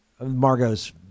Margot's